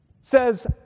says